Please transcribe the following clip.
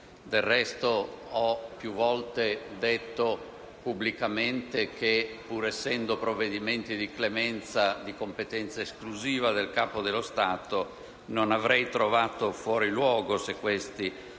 Del resto, ho più volte detto pubblicamente che, pur essendo i provvedimenti di clemenza di competenza esclusiva del Capo dello Stato, non avrei trovato fuori luogo se questi